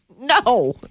No